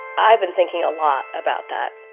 i've been thinking a lot about that